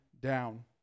down